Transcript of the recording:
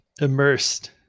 immersed